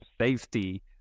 safety